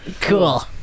Cool